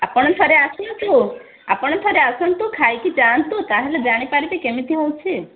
ଆପଣ ଥରେ ଆସନ୍ତୁ ଆପଣ ଥରେ ଆସନ୍ତୁ ଖାଇକି ଯାଆନ୍ତୁ ତା'ହେଲେ ଜାଣିପାରିବେ କେମିତି ହେଉଛି